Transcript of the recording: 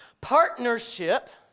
partnership